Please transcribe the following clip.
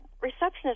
receptionist